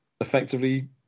effectively